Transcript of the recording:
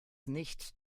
nicht